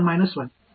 மாணவர்N 1